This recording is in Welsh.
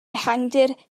ehangdir